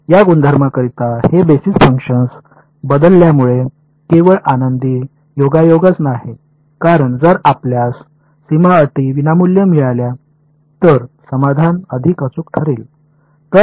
या गुणधर्मांकरिता हे बेसिस फंक्शन बनवल्यामुळे केवळ आनंदी योगायोगच नाही कारण जर आपल्यास सीमा अटी विनामूल्य मिळाल्या तर समाधान अधिक अचूक ठरेल